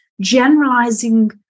generalizing